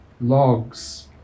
logs